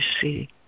see